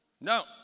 No